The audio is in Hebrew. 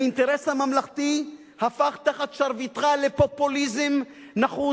האינטרס הממלכתי הפך תחת שרביטך לפופוליזם נחות